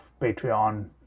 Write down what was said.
Patreon